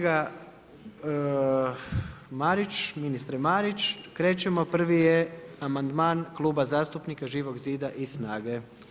Ministre Marić, krećemo prvi je amandman Kluba zastupnika Živog zida i SNAGA-e.